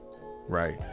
right